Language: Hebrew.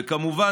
וכמובן,